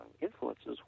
influences